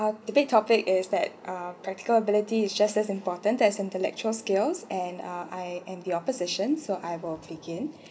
our debate topic is that ah practical ability is just less important than intellectual skills and uh I am the opposition so I will begin